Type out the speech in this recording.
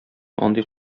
андый